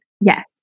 Yes